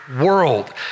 world